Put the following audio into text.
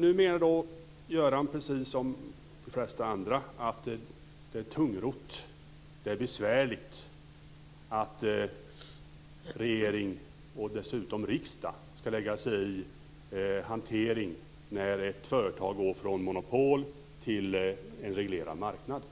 Nu menar Göran Hägglund, precis som de flesta andra, att det är tungrott och besvärligt att regeringen och dessutom riksdagen ska lägga sig i hanteringen när ett företag går från monopol till en reglerad marknad.